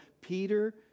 Peter